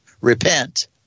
Repent